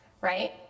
right